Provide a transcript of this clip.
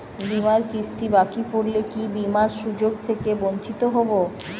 বিমার কিস্তি বাকি পড়লে কি বিমার সুযোগ থেকে বঞ্চিত হবো?